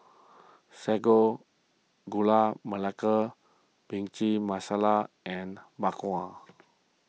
Sago Gula Melaka Bhindi Masala and Bak Kwa